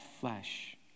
flesh